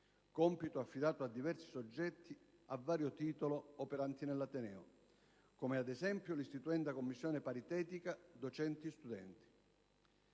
compito affidato a diversi soggetti a vario titolo operanti nell'ateneo come, ad esempio, l'istituenda commissione paritetica docenti-studenti.